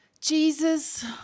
Jesus